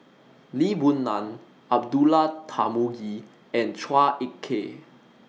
Lee Boon Ngan Abdullah Tarmugi and Chua Ek Kay